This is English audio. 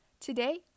Today